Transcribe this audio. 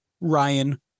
Ryan